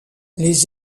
les